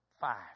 five